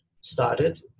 started